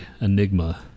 Enigma